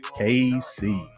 kc